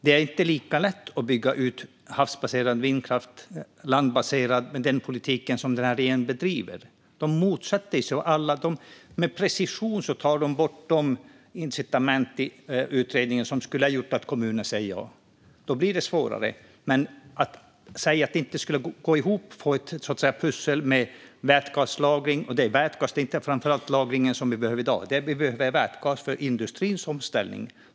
Det är inte lika lätt att bygga ut havsbaserad eller landbaserad vindkraft med den politik som denna regering bedriver. Med precision tar man bort de incitament i utredningen som skulle ha gjort att kommuner säger ja. Då blir det svårare. Apropå vätgaslagring är det inte framför allt lagringen vi behöver i dag, utan det vi behöver är vätgas för industrins omställning.